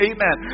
Amen